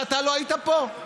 כשאתה לא היית פה?